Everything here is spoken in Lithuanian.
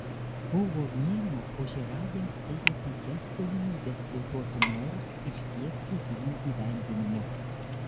kovo mėnuo ožiaragiams teigia puikias galimybes plėtoti norus ir siekti jų įgyvendinimo